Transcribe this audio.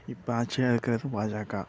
இப்போ ஆட்சியில் இருக்கிறது பாஜாகா